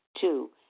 Two